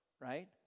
right